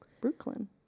Brooklyn